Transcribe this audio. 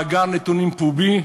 להקים מאגר נתונים פומבי,